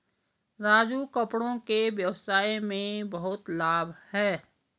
राजू कपड़ों के व्यवसाय में बहुत लाभ है